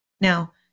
Now